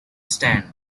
stand